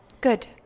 Good